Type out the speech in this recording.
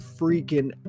freaking